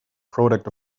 product